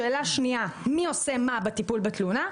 שאלה שנייה, מי עושה מה בטיפול בתלונה?